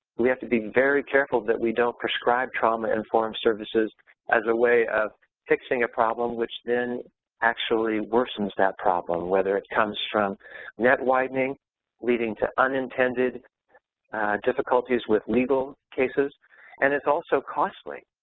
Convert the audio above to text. we have to be very careful that we don't prescribe trauma-informed services as a away of fixing a problem which then actually worsens that problem, whether it comes from net widening leading to unintended difficulties with legal cases and it's also costly.